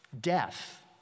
Death